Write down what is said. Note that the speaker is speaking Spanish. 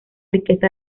riqueza